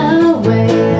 away